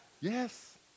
Yes